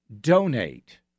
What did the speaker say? donate